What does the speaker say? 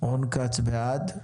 אני ורון כץ בעד.